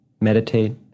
meditate